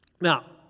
Now